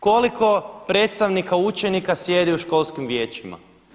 Koliko predstavnika učenika sjedi u školskim vijećima?